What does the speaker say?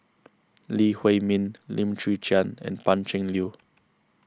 Lee Huei Min Lim Chwee Chian and Pan Cheng Lui